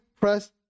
press